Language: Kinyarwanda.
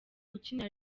ukinira